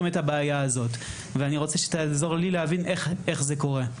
את הבעיה הזאת ואני רוצה שתעזור לי להבין איך זה קורה.